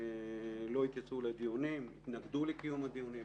לא התייצבו לדיונים, התנגדו לקיום הדיונים.